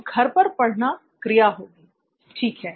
तो घर पर पढ़ना क्रिया होगी ठीक है